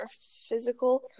physical